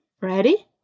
Ready